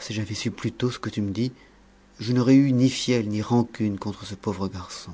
si j'avais su plus tôt ce que tu me dis je n'aurais eu ni fiel ni rancune contre ce pauvre garçon